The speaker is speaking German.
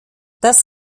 das